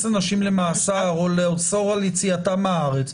אנשים למאסר או לאסור על יציאתם מהארץ,